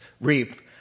reap